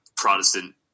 protestant